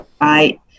right